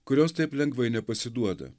kurios taip lengvai nepasiduoda